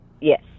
Yes